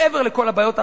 מעבר לכל הבעיות האחרות,